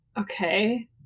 okay